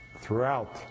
throughout